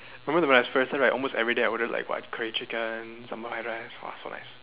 remember the when almost everyday I ordered like what curry chicken sambal fried rice !wah! so nice